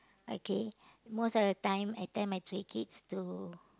okay most of the time I tell my three kids to